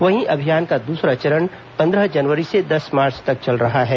वहीं अभियान का दूसरा चरण पंद्रह जनवरी से दस मार्च तक चल रहा है